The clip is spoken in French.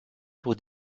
pour